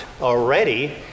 already